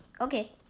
Okay